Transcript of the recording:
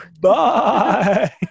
bye